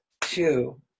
two